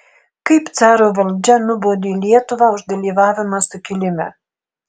kaip caro valdžia nubaudė lietuvą už dalyvavimą sukilime